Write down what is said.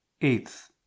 eighth